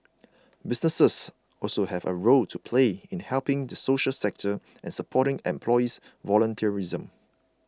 businesses also have a role to play in helping the social sector and supporting employee volunteerism